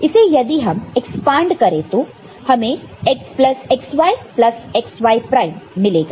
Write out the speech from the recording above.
इसे यदि हम एक्सपांड करें तो हमें xy प्लस xy प्राइम मिलेगा